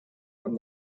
from